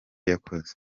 yakoze